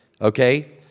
okay